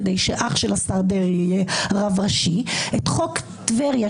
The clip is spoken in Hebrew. כדי שהאח של השר דרעי יהיה רב ראשי; את חוק טבריה,